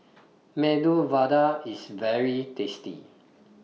Medu Vada IS very tasty